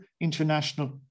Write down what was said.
international